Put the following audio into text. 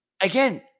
again